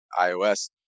iOS